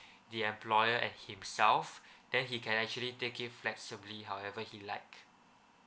the employer and himself then he can actually take it flexibly however he like